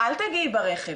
אל תגיעי ברכב,